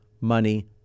money